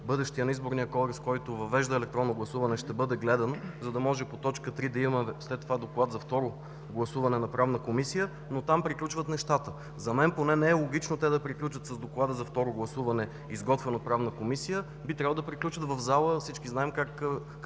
на Изборния кодекс, който въвежда електронно гласуване, ще бъде гледан, за да може по точка 3 да има след това доклад на Правната комисия за второ гласуване, но там приключват нещата. За мен поне не е логично те да приключат с доклада за второ гласуване, изготвен от Правната комисия. Би трябвало да приключат в залата. Всички знаем какъв